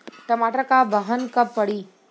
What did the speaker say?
टमाटर क बहन कब पड़ी?